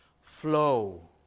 flow